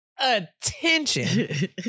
attention